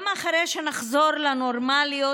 גם אחרי שנחזור לנורמליות,